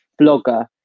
blogger